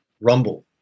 rumble